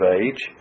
age